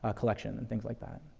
ah collection and things like that,